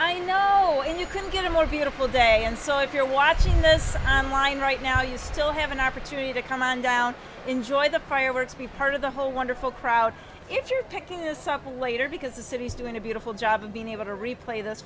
i know and you can get a more beautiful day and so if you're watching this on line right now you still have an opportunity to come on down enjoy the fireworks be part of the whole wonderful crowd if you're picking this up later because the city is doing a beautiful job of being able to replay th